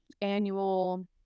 annual